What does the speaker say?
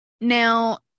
now